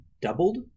doubled